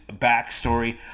backstory